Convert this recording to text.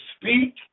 speak